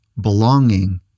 Belonging